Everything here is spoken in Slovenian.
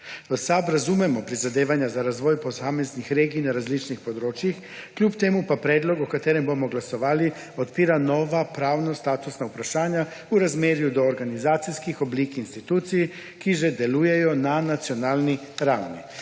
V SAB razumemo prizadevanja za razvoj posameznih regij na različnih področjih, kljub temu pa predlog, o katerem bomo glasovali, odpira nova pravnostatusna vprašanja v razmerju do organizacijskih oblik institucij, ki že delujejo na nacionalni ravni.